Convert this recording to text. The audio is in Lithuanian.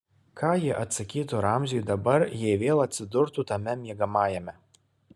ką ji atsakytų ramziui dabar jei vėl atsidurtų tame miegamajame